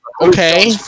Okay